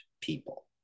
people